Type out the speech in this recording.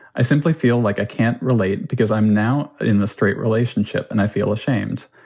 i simply feel like i can't relate because i'm now in the straight relationship and i feel ashamed.